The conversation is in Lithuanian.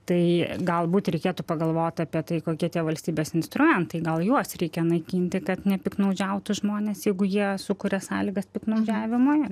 tai galbūt reikėtų pagalvoti apie tai kokie tie valstybės instrumentai gal juos reikia naikinti kad nepiktnaudžiautų žmonės jeigu jie sukuria sąlygas piktnaudžiavimui